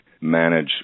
manage